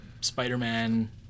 spider-man